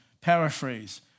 paraphrase